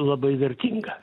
labai vertinga